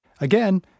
Again